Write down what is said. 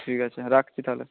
ঠিক আছে রাখছি তাহলে